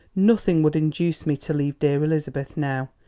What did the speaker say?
nothing would induce me to leave dear elizabeth now.